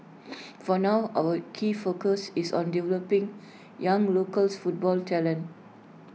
for now our key focus is on developing young local football talent